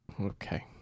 Okay